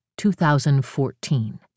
2014